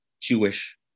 Jewish